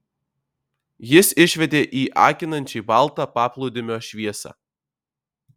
jis išvedė į akinančiai baltą paplūdimio šviesą